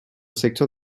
secteur